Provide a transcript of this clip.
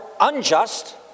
unjust